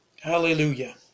Hallelujah